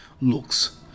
looks